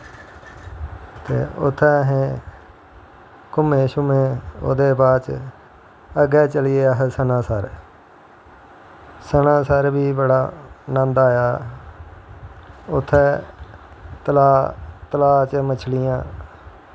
ते उत्थें अस घूमें शूमें बाद च अग्गैं चली गे अस सनासर सना र बी बड़ा नन्द आया उत्थें तलाऽ च मछलियां